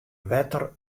wetter